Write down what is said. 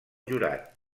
jurat